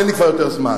אין לי כבר יותר זמן.